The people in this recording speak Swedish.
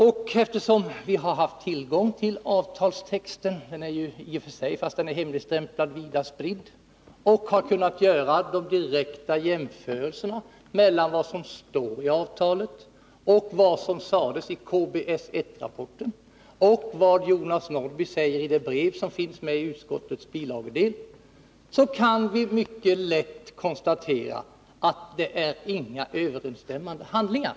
Och eftersom vi haft tillgång till avtalstexten — den är i och för sig, fast den är hemligstämplad, vida spridd — och kunnat göra direkta jämförelser mellan vad som står i avtalet, vad som sadesi KBS 1-rapporten och vad Jonas Norrby säger i det brev som finns med i utskottets bilagedel, så kan vi mycket lätt konstatera att det inte är några överensstämmande handlingar.